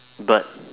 bird